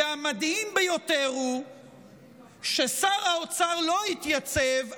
והמדהים ביותר הוא ששר האוצר לא התייצב,